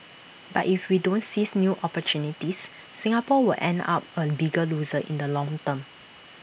but if we don't seize new opportunities Singapore will end up A bigger loser in the long term